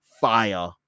Fire